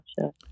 sure